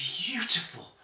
beautiful